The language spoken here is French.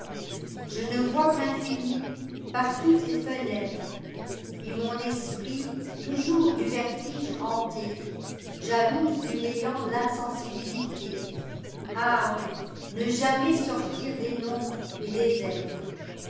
je ne vois qu'infini par toutes les fenêtres et mon esprit toujours du vertige hanté jalouse du néant l'insensibilité ah ne jamais sortir des nombres et des êtresi